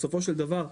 בסופו של דבר,